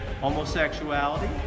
homosexuality